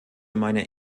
meine